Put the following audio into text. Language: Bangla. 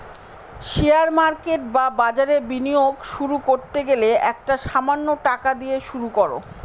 শেয়ার মার্কেট বা বাজারে বিনিয়োগ শুরু করতে গেলে একটা সামান্য টাকা দিয়ে শুরু করো